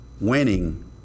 winning